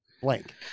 blank